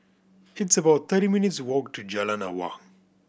it's about thirty minutes' walk to Jalan Awang